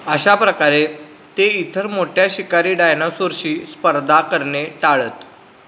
अशा प्रकारे ते इतर मोठ्या शिकारी डायनासोरशी स्पर्धा करणे टाळत